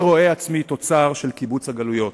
אני רואה עצמי תוצר של קיבוץ הגלויות,